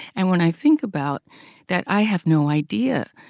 and when i think about that, i have no idea.